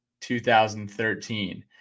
2013